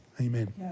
amen